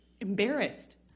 embarrassed